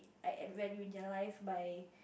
I add value in their life by